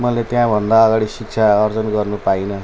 मैले त्यहाँभन्दा अगाडि शिक्षा आर्जन गर्नु पाइनँ